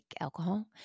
alcohol